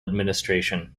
administration